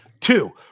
Two